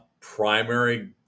primary